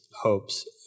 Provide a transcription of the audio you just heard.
hopes